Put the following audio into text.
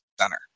center